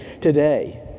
today